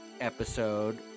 episode